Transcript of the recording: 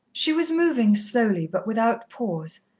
she was moving, slowly, but without pause,